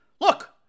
Look